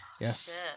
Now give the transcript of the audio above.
Yes